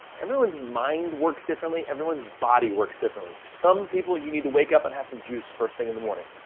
everyone's mind works differently, everyone's body works differently. some people, you need to wake up and have some juice first thing in the morning.